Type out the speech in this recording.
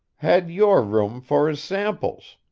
had your room for his samples.